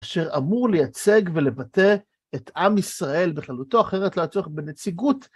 אשר אמור לייצג ולבטא את עם ישראל בכללותו אחרת לא היה צורך בנציגות.